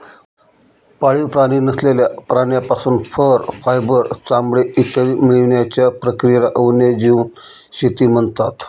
पाळीव प्राणी नसलेल्या प्राण्यांपासून फर, फायबर, चामडे इत्यादी मिळवण्याच्या प्रक्रियेला वन्यजीव शेती म्हणतात